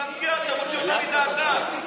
משגע אותם, מוציא אותם מדעתם.